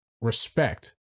respect